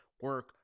Work